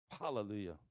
Hallelujah